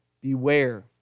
beware